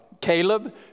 Caleb